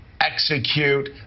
execute